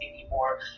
anymore